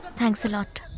thanks a lot.